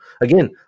again